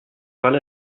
parler